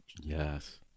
yes